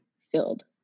filled